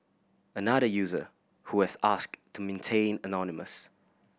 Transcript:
another user who has asked to maintain anonymous